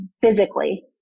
physically